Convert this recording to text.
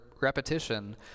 repetition